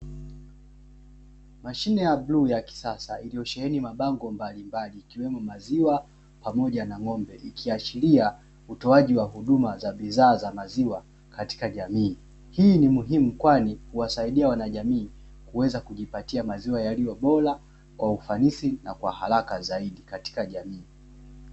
Mashine ya bluu ya kisasa iliyosheheni mabango mbalimbali ikiwemo maziwa pamoja ng’ombe, ikiashiria utoaji wa huduma wa bidhaa za maziwa katika jamii. Hii ni muhimu kwani huwasaidia wanajamii kuweza kujipatia maziwa yaliyo bora kwa ufanisi na kwa haraka zaidia katika jamii.